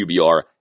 QBR